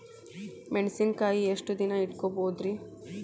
ಮೆಣಸಿನಕಾಯಿನಾ ಎಷ್ಟ ದಿನ ಇಟ್ಕೋಬೊದ್ರೇ?